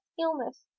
illness